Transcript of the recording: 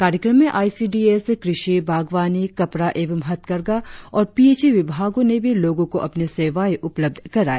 कार्यक्रम में I C D S कृषि बागवानी कपड़ा एवं हथकरघा और पी एच ई विभागो ने भी लोगो को अपनी सेवाए उपलब्ध कराए